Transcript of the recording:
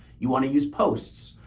you want to use posts,